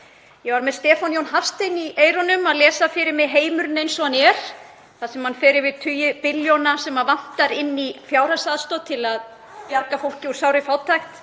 Ég var með Stefán Jón Hafstein í eyrunum að lesa fyrir mig Heimurinn eins og hann er. Þar fer hann yfir þá tugi milljóna sem vantar í fjárhagsaðstoð til að bjarga fólki úr sárri fátækt,